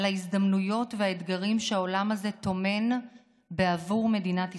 על ההזדמנויות והאתגרים שהעולם הזה טומן בעבור מדינת ישראל.